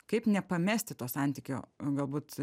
kaip nepamesti to santykio o galbūt